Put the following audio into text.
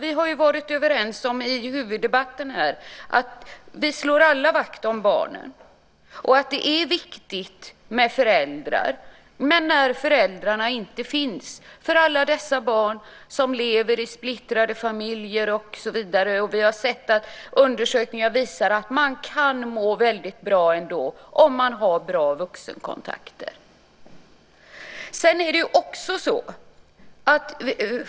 Vi har ju varit överens i huvuddebatten om att vi alla slår vakt om barnen och att det är viktigt med föräldrar. Men föräldrarna finns inte alltid. Vi har alla dessa barn som lever i splittrade familjer och så vidare. Undersökningar visar att man kan må väldigt bra ändå om man har bra vuxenkontakter.